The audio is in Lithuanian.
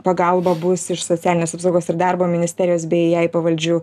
pagalba bus iš socialinės apsaugos ir darbo ministerijos bei jai pavaldžių